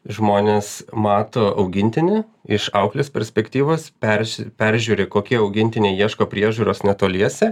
žmonės mato augintinį iš auklės perspektyvos persi peržiūri kokie augintiniai ieško priežiūros netoliese